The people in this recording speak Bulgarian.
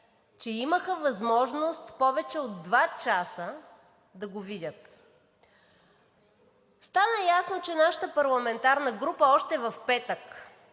имаха възможност повече от два часа да го видят. Стана ясно, че нашата парламентарна група още в петък